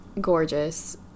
gorgeous